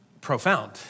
profound